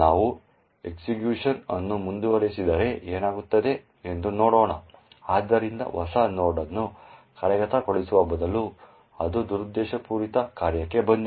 ನಾವು ಎಕ್ಸಿಕ್ಯೂಶನ್ ಅನ್ನು ಮುಂದುವರಿಸಿದರೆ ಏನಾಗುತ್ತದೆ ಎಂದು ನೋಡೋಣ ಆದ್ದರಿಂದ ಹೊಸ ನೋಡ್ ಅನ್ನು ಕಾರ್ಯಗತಗೊಳಿಸುವ ಬದಲು ಅದು ದುರುದ್ದೇಶಪೂರಿತ ಕಾರ್ಯಕ್ಕೆ ಬಂದಿದೆ